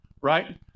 right